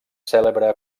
cèlebre